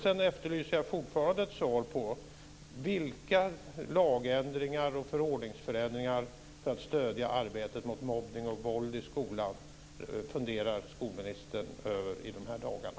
Sedan efterlyser jag fortfarande ett svar på frågan om vilka lagändringar och förordningsförändringar för att stödja arbetet mot mobbning och våld i skolan som skolministern funderar på i de här dagarna.